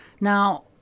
Now